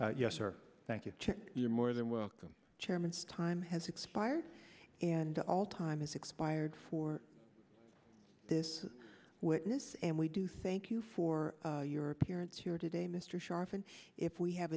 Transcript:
yes sir thank you you're more than welcome chairman's time has expired and all time has expired for this witness and we do thank you for your appearance here today mr scharf and if we have